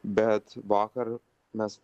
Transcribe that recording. bet vakar mes